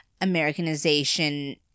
americanization